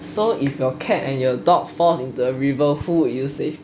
some if your cat and your dog falls into the river who would you save